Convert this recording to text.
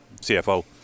CFO